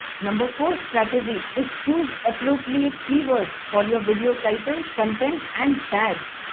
number four strategy is choose appropriate keywords for your video title, content and tags.